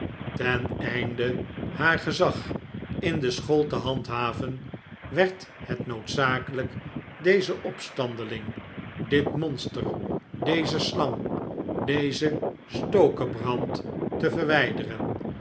ten einde haar gezag in de school te handhaven werd het noodzakelijk deze opstandeling dit monster deze slang deze stokebrand te ver